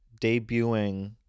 debuting